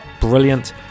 brilliant